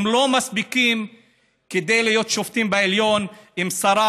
הם לא מספיקים כדי להיות שופטים בעליון עם שרה